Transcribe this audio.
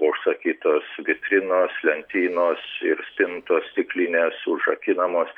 užsakytos vitrinos lentynos ir spintos stiklinės užrakinamos